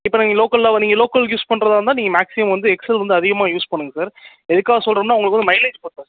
இப்போ நீங்கள் லோக்கலில் நீங்கள் லோக்கலுக்கு யூஸ் பண்ணுறதா இருந்தால் நீங்கள் மேக்சிமம் வந்து எக்ஸல் வந்து அதிகமாக யூஸ் பண்ணுங்க சார் எதுக்காக சொல்கிறம்னா உங்களுக்கு மைலேஜ் கொடுக்கும்